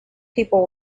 people